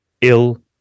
ill